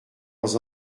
leurs